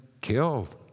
killed